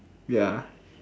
ya